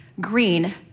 green